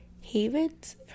havens